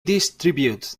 distributed